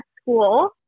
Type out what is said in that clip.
school